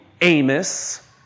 Amos